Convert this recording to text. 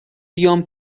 بیام